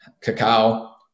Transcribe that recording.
cacao